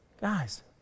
guys